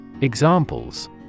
Examples